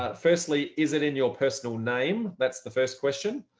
firstly, is it in your personal name? that's the first question.